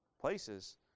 places